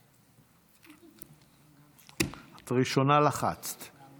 את לחצת ראשונה.